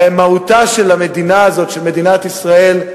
הרי מהותה של המדינה הזאת, של מדינת ישראל,